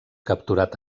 capturat